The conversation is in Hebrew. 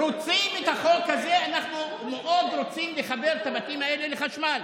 רוצים את החוק הזה: אנחנו מאוד רוצים לחבר את הבתים האלה לחשמל.